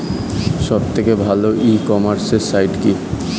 সব থেকে ভালো ই কমার্সে সাইট কী?